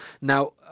Now